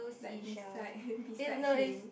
like beside him beside him